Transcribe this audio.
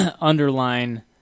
underline